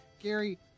Gary